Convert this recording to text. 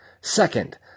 Second